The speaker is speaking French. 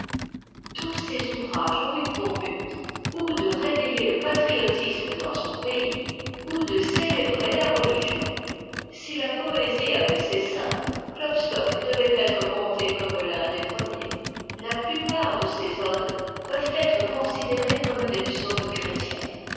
tous ses ouvrages ont eu pour but ou de réveitter le patriotisme dans son pays ou de célébrer la religion si la poésie avait ses saints klopstock devrait être compté comme l'un des premiers la plupart de ses odes peuvent être considérées comme des psaumes chrétiens